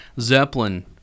Zeppelin